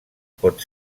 pot